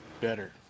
better